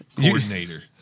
coordinator